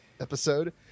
episode